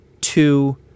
two